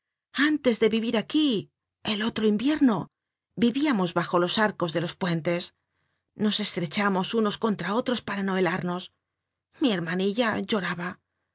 antes de vivir aquí el otro invierno vivíamos bajo los arcos de los puentes nos estrechamos unos contra otros para no helarnos mihermanilla lloraba qué